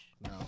no